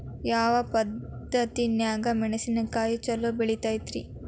ಯಾವ ಪದ್ಧತಿನ್ಯಾಗ ಮೆಣಿಸಿನಕಾಯಿ ಛಲೋ ಬೆಳಿತೈತ್ರೇ?